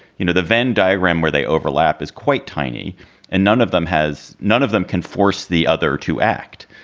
you know, the venn diagram where they overlap is quite tiny. and none of them has none of them can force the other to act.